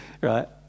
right